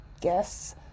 guess